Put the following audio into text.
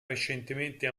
recentemente